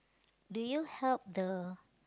do you help the